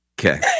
Okay